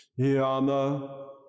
yama